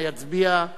נא יצביע,